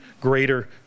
greater